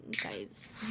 guys